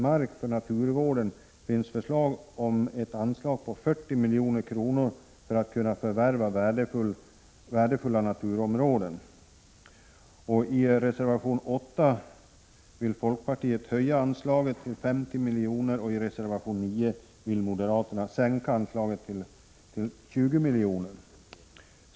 Markoch naturvården finns ett anslag på 40 milj.kr. för att förvärva värdefulla naturområden. I reservation 8 vill folkpartiet höja detta anslag till 50 milj.kr., och i reservation 9 vill moderaterna sänka anslaget till 20 milj.kr.